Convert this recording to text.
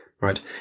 Right